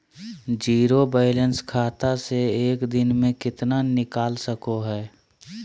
Zero balance खाता से एक दिन में कितना निकाल सको है?